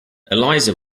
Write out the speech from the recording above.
eliza